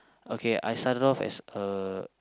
okay I started off as a